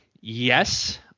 yes